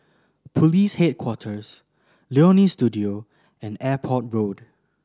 Police Headquarters Leonie Studio and Airport Road